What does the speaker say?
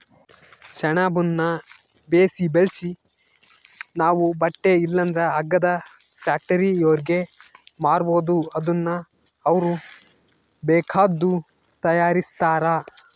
ಸೆಣಬುನ್ನ ಬೇಸು ಬೆಳ್ಸಿ ನಾವು ಬಟ್ಟೆ ಇಲ್ಲಂದ್ರ ಹಗ್ಗದ ಫ್ಯಾಕ್ಟರಿಯೋರ್ಗೆ ಮಾರ್ಬೋದು ಅದುನ್ನ ಅವ್ರು ಬೇಕಾದ್ದು ತಯಾರಿಸ್ತಾರ